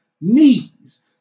knees